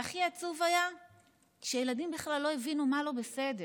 והכי עצוב היה שילדים בכלל לא הבינו מה לא בסדר.